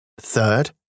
Third